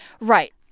Right